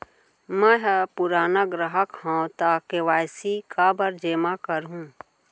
मैं ह पुराना ग्राहक हव त के.वाई.सी काबर जेमा करहुं?